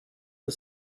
for